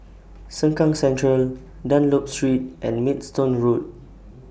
Sengkang Central Dunlop Street and Maidstone Road